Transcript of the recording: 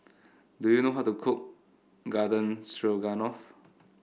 do you know how to cook Garden Stroganoff